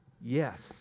Yes